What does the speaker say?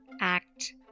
Act